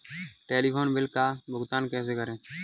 Telephone bill का भुगतान कैसे करें?